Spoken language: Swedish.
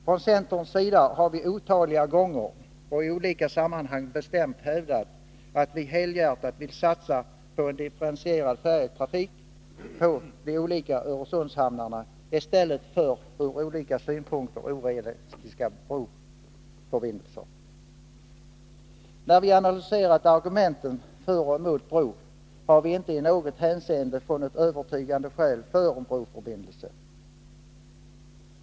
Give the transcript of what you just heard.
Från centerns sida har vi otaliga gånger och i olika sammanhang bestämt hävdat att vi helhjärtat vill satsa på en differentierad färjetrafik på de olika Öresundshamnarna i stället för på ur olika synpunkter orealistiska broförbindelser. När vi har analyserat argumenten för och emot bro har vi inte i något hänseende funnit övertygande skäl för en broförbindelse.